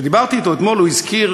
כשדיברתי אתו אתמול הוא הזכיר,